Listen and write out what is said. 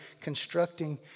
constructing